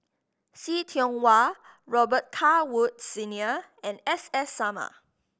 See Tiong Wah Robet Carr Woods Senior and S S Sarma